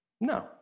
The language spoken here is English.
No